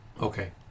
Okay